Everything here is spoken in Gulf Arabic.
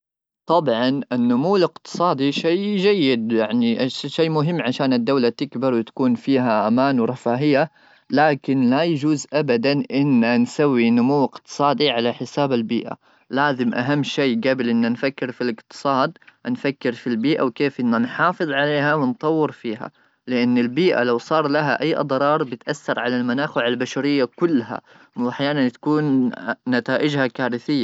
طبعا النمو الاقتصادي شيء جيد يعني شيء مهم عشان الدوله تكبر وتكون فيها امان ورفاهيه لكن لا يجوز ابدا ان نسوي نمو اقتصادي على حساب البيئه لازم اهم شيء قبل ان نفكر في الاقتصاد نفكر في البيئه وكيف نحافظ عليها ونطور فيها لان البيئه لو صار لها اي اضرار بتاثر على المناخ البشريه كلها واحيانا تكون نتائجها.